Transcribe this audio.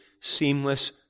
seamless